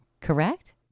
correct